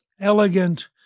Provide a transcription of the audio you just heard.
elegant